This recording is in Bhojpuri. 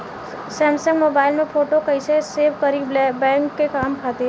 सैमसंग मोबाइल में फोटो कैसे सेभ करीं बैंक के काम खातिर?